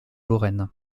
lorraine